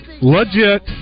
legit